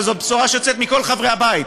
וזו בשורה שיוצאת מכל חברי הבית,